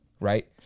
right